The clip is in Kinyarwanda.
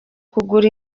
kugura